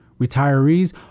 retirees